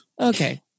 Okay